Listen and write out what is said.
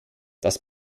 das